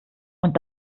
und